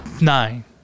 nine